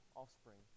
offspring